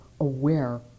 aware